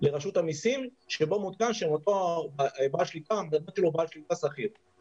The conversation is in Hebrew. לרשות המסים שבו מצוין שאותו בעל שליטה הוא בעל שליטה שכיר.